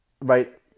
right